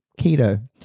keto